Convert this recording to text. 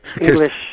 English